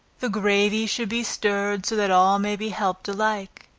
the gravy should be stirred so that all may be helped alike,